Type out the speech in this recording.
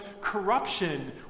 corruption